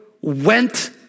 went